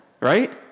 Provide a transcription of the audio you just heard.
right